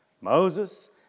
Moses